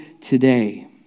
today